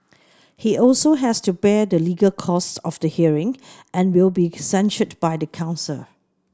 he also has to bear the legal costs of the hearing and will be censured by the council